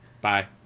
Bye